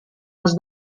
els